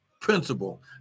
principle